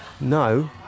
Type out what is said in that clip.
no